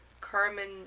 carmen